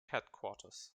headquarters